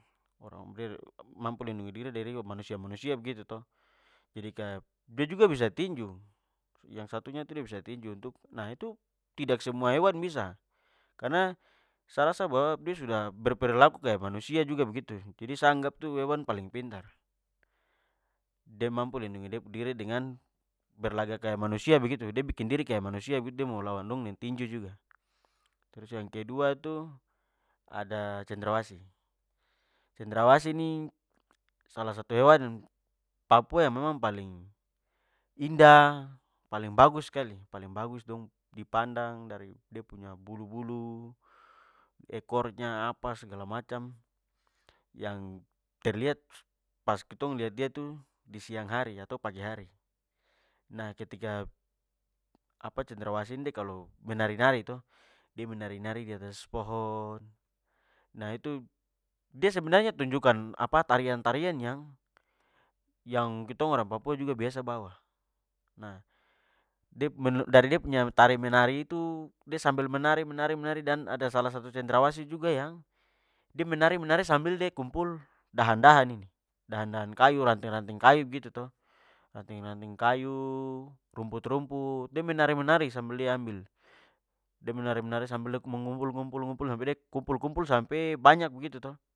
De mampu lindungi diri dari manusia-manusia begitu to, jadi kaya de juga bisa tinju. Yang satunya tu de bisa tinju untuk nah itu tidak semua hewan bisa. Karna sa rasa bahwa de sudah berperilaku kaya manusia juga begitu. Jadi, sa anggap tu hewan paling pintar. De mampu lindungi de pu diri dengan berlagak kaya manusia begitu. De bikin diri kaya manusia begitu, de mo lawan dong deng tinju juga. Trus yang kedua tu, ada cendrawasih. Cendrawasih nih, salah satu hewan papua yang memang paling indah, paling bagus skali, paling bagus dong dipandang dari de punya bulu-bulu, ekornya. apa segala macam yang terlihat pas ketong lihat dia itu di siang hari atau pagi hari. Nah, ketika apa cendrawasih ini de kalo menari-nari to, de menari-nari- diatas pohon, nah itu de sebenarnya tunjukkan apa tarian-tarian yang yang- ketong orang papua juga biasa bawa. Nah, dari de punya tari menari itu, de sambil menari menari menari- dan ada salah satu cendrawasih juga yang de menari menari- sambil de kumpul dahan-dahan ini. Dahan-dahan kayu, ranting-ranting kayu begitu to ranting-ranting kayu-, rumput-rumput. De menari-menari sambil de ambil. De menari-menari sambil de mengumpul ngumpul ngumpul- sampe de kumpul kumpul sampe banyak begitu to.